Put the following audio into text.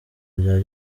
bya